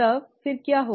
तब फिर क्या होगा